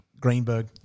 Greenberg